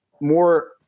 more